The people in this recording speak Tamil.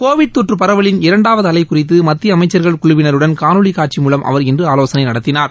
கோவிட் தொற்று பரவலின் இரண்டாவது அலை குறித்து மத்திய அமைச்சர்கள் குழுவினருடன் காணொலி காட்சி மூலம் அவர் இன்று ஆலோசனை நடத்தினார்